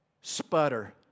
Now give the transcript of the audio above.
sputter